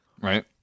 Right